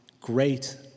great